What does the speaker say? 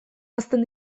hazten